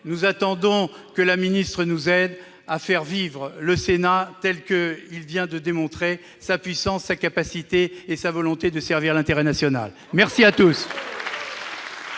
nous attendons que Mme la ministre nous aide à faire vivre le Sénat, tel qu'il vient de montrer sa puissance, sa capacité et sa volonté de servir l'intérêt national. Mes chers